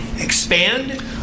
expand